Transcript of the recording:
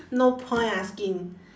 no point asking